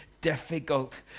difficult